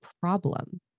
problem